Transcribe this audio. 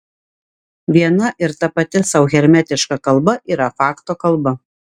viena ir tapati sau hermetiška kalba yra fakto kalba